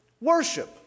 worship